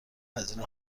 هزینه